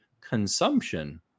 consumption